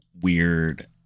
weird